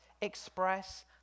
express